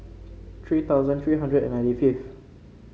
three thousand three hundred and ninety fifth